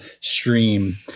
stream